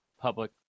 public